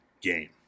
game